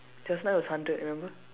just now was hundred remember